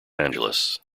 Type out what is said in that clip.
angeles